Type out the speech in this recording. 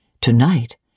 Tonight